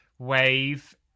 wave